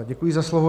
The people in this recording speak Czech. Děkuji za slovo.